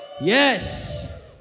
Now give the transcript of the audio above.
Yes